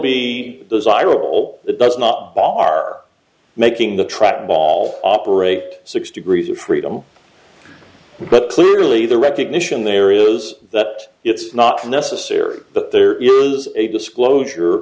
be desirable that does not bar making the trackball operate six degrees of freedom but clearly the recognition there is that it's not necessary that there is a disclosure